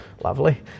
lovely